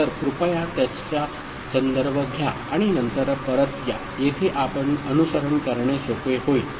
तर कृपया त्याचा संदर्भ घ्या आणि नंतर परत या येथे आपण अनुसरण करणे सोपे होईल